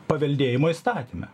paveldėjimo įstatyme